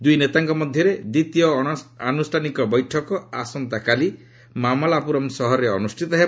ଦୁଇ ନେତାଙ୍କ ମଧ୍ୟରେ ଦ୍ୱିତୀୟ ଅଣଆନୁଷ୍ଠାନିକ ବୈଠକ ଆସନ୍ତାକାଲି ମାମଲାପୁରମ୍ ସହରରେ ଅନୁଷ୍ଠିତ ହେବ